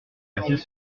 quartiers